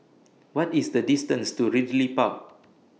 What IS The distance to Ridley Park